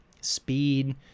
speed